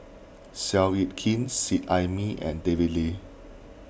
Seow Yit Kin Seet Ai Mee and David Lee